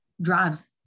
drives